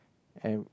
and